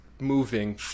moving